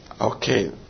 Okay